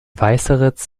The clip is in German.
weißeritz